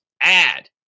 add